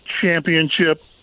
championship